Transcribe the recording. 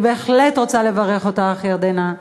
אני בהחלט רוצה לברך אותך, ירדנה,